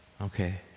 Okay